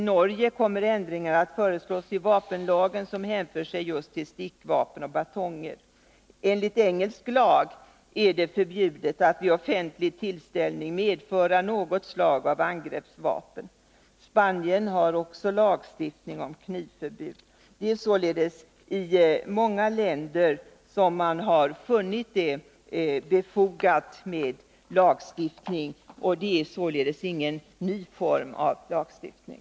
I Norge kommer ändringar att föreslås i vapenlagen som hänför sig just till stickvapen och batonger. Enligt engelsk lag är det förbjudet att vid offentlig tillställning medföra något slag av angreppsvapen. Spanien har också lagstiftning om knivförbud. Det är således i många länder som man har funnit det befogat med lagstiftning, och det är alltså ingen ny form av lagstiftning.